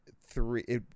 three